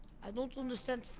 don't understand.